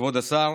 כבוד השר,